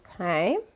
okay